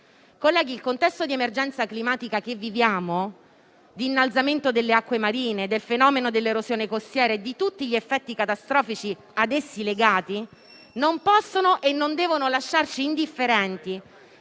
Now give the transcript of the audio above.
Colleghi, il contesto di emergenza climatica che viviamo, con l'innalzamento delle acque marine, con il fenomeno dell'erosione costiera e con tutti gli effetti catastrofici ad essa legati, non può e non deve lasciarci indifferenti.